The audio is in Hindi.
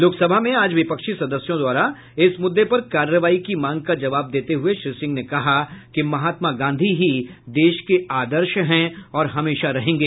लोकसभा में आज विपक्षी सदस्यों द्वारा इस मुद्दे पर कार्रवाई की मांग का जवाब देते हुए श्री सिंह ने कहा कि महात्मा गांधी ही देश के आदर्श हैं और हमेशा रहेंगे